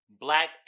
black